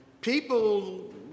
people